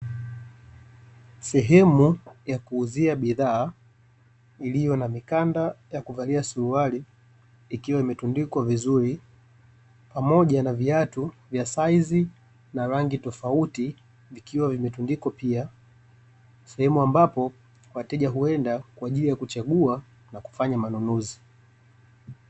Sehemu ya kuuzia bidhaa, iliyo na mikanda ya kuvalia suruari, ikiwa imetundikwa vizuri pamoja na viatu vya saizi na rangi tofauti vikiwa vimetundikwa pia, sehemu ambapo, wateja huenda kwaajili ya kuchagua na kufanya manunuzi.